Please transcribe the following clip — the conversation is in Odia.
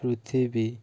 ପୃଥିବୀ